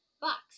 box